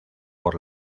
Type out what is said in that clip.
por